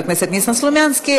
חבר הכנסת ניסן סלומינסקי.